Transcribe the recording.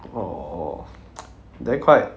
orh then quite